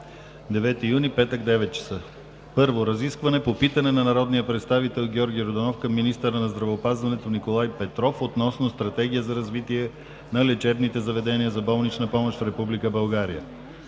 г., петък, от 9,00 ч. 1. Разискване по питане от народния представител Георги Йорданов към министъра на здравеопазването Николай Петров относно Стратегия за развитие на лечебните заведения за болнична помощ в Република България.